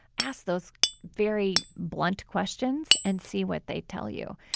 ask those very blunt questions and see what they tell you.